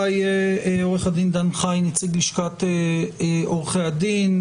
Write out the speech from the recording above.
עו"ד דן חי, נציג לשכת עורכי הדין,